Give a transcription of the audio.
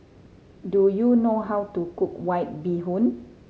do you know how to cook White Bee Hoon